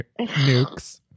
nukes